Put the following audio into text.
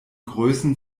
größen